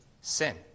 Sin